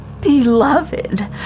Beloved